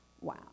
Wow